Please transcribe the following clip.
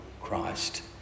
Christ